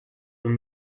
were